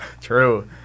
true